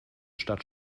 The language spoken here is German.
stadt